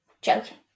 Joking